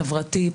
חברתי,